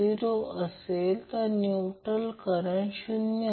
जर असे केले तर ते 1 12 j√ 32